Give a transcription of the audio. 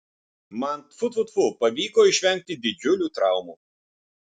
man tfu tfu tfu pavyko išvengti didžiulių traumų